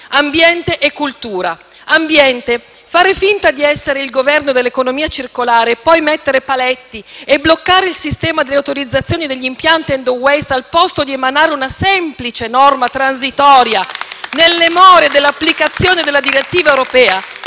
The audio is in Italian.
ambiente e cultura. Quanto al primo, fare finta di essere il Governo dell'economia circolare e poi mettere paletti e bloccare il sistema delle autorizzazioni degli impianti *end of waste,* al posto di emanare una semplice norma transitoria nelle more dell'applicazione della direttiva europea